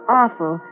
awful